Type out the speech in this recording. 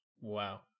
Wow